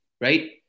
right